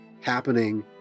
happening